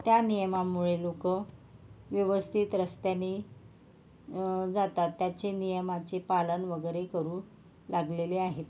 त्या नियमामुळे लोकं व्यवस्थित रस्त्याने जातात त्याचे नियमाचे पालन वगैरे करू लागलेले आहेत